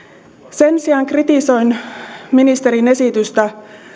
sen sijaan kritisoin ministerin esitystä